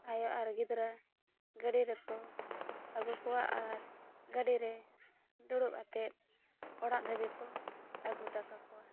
ᱟᱭᱳ ᱟᱨ ᱜᱤᱫᱽᱨᱟᱹ ᱜᱟᱹᱰᱤ ᱨᱮᱠᱚ ᱟᱹᱜᱩ ᱠᱚᱣᱟ ᱟᱨ ᱜᱟᱹᱰᱤᱨᱮ ᱫᱩᱲᱩᱵ ᱠᱟᱛᱮᱜ ᱚᱲᱟᱜ ᱫᱷᱟᱹᱵᱤᱡ ᱠᱚ ᱟᱹᱜᱩ ᱦᱚᱴᱚ ᱠᱟᱠᱚᱣᱟ